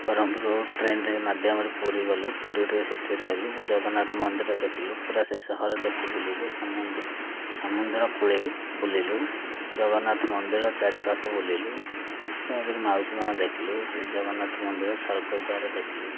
ପରମ୍ପରୁ ଟ୍ରେନରେ ମାଧ୍ୟମରେ ପୁରୀ ଗଲୁ ପୁରୀରେ ସେଠି ରହିଲୁ ଜଗନ୍ନାଥ ମନ୍ଦିର ଦେଖିଲୁ ପୁରା ସେ ସହର ଦେଖି ବୁଲିଲୁୁ ସମୁଦ୍ର ସମୁଦ୍ର କୂଳେ ବୁଲିଲୁ ଜଗନ୍ନାଥ ମନ୍ଦିର ଚାରିପାଖ ବୁଲିଲୁ ତାପରେ ମାଉସୀ ମା ଦେଖିଲୁ ସେ ଜଗନ୍ନାଥ ମନ୍ଦିର ସ୍ୱର୍ଗଦ୍ୱାର ଦେଖିଲୁ